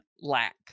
lack